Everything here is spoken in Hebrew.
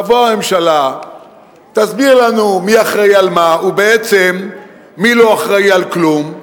תבוא הממשלה ותסביר לנו מי אחראי על מה ובעצם מי לא אחראי על כלום.